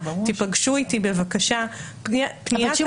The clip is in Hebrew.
תיפגשו איתי בבקשה פנייה